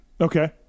Okay